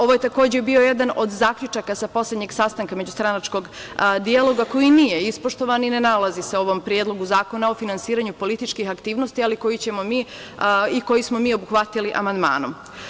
Ovo je bio jedan od zaključaka sa poslednjeg sastanka međustranačkog dijaloga koji nije ispoštovan i ne nalazi se u ovom Predlogu zakona o finansiranju političkih aktivnosti, koji smo mi obuhvatili amandmanom.